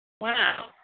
Wow